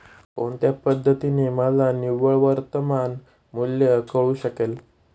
कोणत्या पद्धतीने मला निव्वळ वर्तमान मूल्य कळू शकेल?